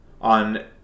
on